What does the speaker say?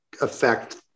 affect